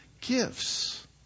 gifts